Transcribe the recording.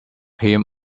him